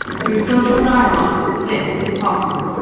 through social dialogue, this is possible!